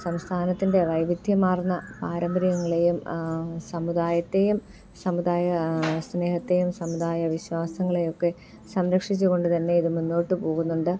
സംസ്ഥാനത്തിൻ്റെ വൈവിധ്യമാർന്ന പാരമ്പര്യങ്ങളെയും സമുദായത്തെയും സമുദായ സ്നേഹത്തെയും സമുദായ വിശ്വാസങ്ങളെയൊക്കെ സംരക്ഷിച്ചുകൊണ്ട് തന്നെ ഇത് മുന്നോട്ട് പോകുന്നുണ്ട്